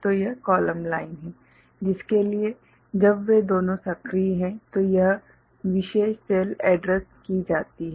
तो यह column line है जिसके लिए जब वे दोनों सक्रिय है - तो यह विशेष सेल एड्रेस्ड की जाती है